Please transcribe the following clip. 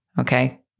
Okay